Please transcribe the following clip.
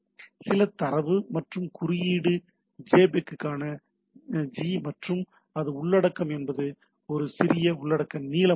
சில தரவு மற்றும் குறியீடு jpeg க்கான g மற்றும் அது உள்ளடக்கம் என்பது சில உள்ளடக்க நீளம் உள்ளது